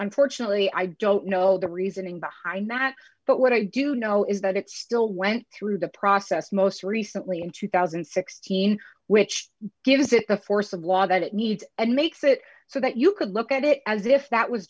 unfortunately i don't know the reasoning behind that but what i do know is that it still went through the process most recently in two thousand and sixteen which gives it the force of law that it needs and makes it so that you could look at it as if that was